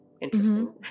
Interesting